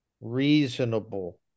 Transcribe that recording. reasonable